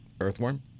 Earthworm